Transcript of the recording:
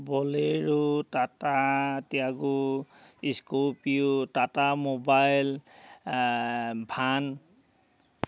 বলেৰু Tata Tiago Scorpio Tata mobile van